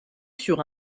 sur